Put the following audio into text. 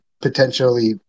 potentially